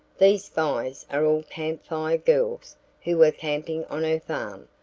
these spies are all camp fire girls who were camping on her farm.